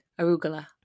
arugula